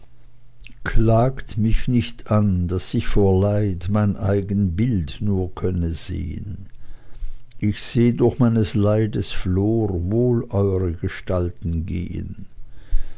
klagt mich nicht an daß ich vor leid mein eigen bild nur könne sehen ich seh durch meines leides flor wohl euere gestalten gehen